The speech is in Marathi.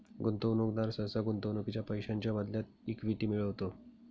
गुंतवणूकदार सहसा गुंतवणुकीच्या पैशांच्या बदल्यात इक्विटी मिळवतो